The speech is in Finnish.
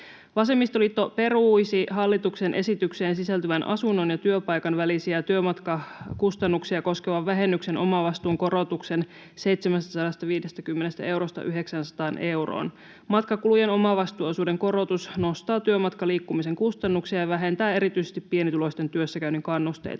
Vasemmistoliitto peruisi hallituksen esitykseen sisältyvän asunnon ja työpaikan välisiä työmatkakustannuksia koskevan vähennyksen omavastuun korotuksen 750 eurosta 900 euroon. Matkakulujen omavastuuosuuden korotus nostaa työmatkaliikkumisen kustannuksia ja vähentää erityisesti pienituloisten työssäkäynnin kannusteita.